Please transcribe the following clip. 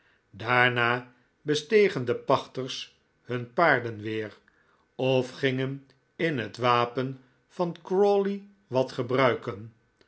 daarna bestegen de pachters hun paarden weer of gingen in het wapen van crawley wat gebruiken